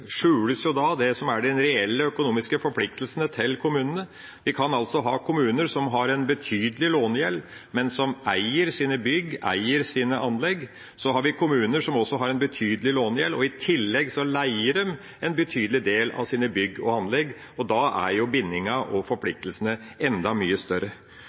skjules de reelle økonomiske forpliktelsene til kommunene. Vi kan ha kommuner som har en betydelig lånegjeld, men som eier sine bygg og sine anlegg. Så har vi kommuner som har en betydelig lånegjeld og i tillegg leier en betydelig del av sine bygg og anlegg, og da er jo bindinga og forpliktelsene enda mye større.